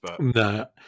No